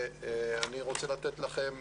ואני חוזר ואומר,